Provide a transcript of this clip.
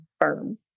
firm